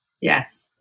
yes